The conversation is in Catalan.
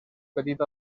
petita